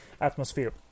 atmosphere